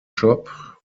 shop